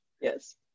yes